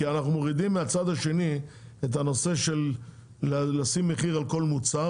כי אנחנו מורידים מהצד השני את החובה לשים מחיר על כל מוצר.